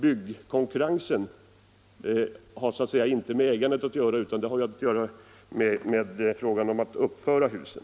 Byggkonkurrensen har inte med ägandet att göra, utan det har att göra med frågan om att uppföra husen.